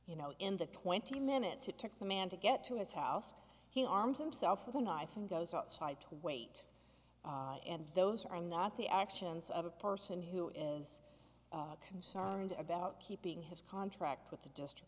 you know in the twenty minutes who took the man to get to his house he arms him self for the knife and goes outside to wait and those are not the actions of a person who is concerned about keeping his contract with the district